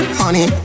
honey